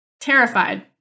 terrified